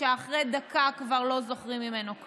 שאחרי דקה כבר לא זוכרים ממנו כלום.